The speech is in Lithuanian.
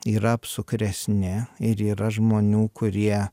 yra apsukresni ir yra žmonių kurie